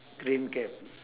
green can